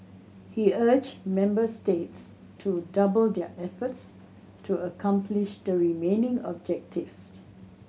he urged member states to double their efforts to accomplish the remaining objectives